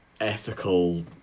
ethical